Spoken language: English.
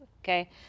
okay